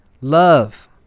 love